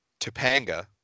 Topanga